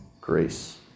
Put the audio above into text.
Grace